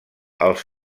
els